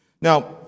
Now